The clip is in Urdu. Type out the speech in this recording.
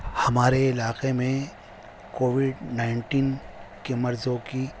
ہمارے علاقے میں کووڈ نائنٹین کے مریضوں کی